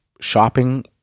shopping